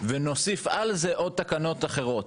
ונוסיף על זה עוד תקנות אחרות.